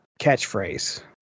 catchphrase